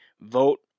Vote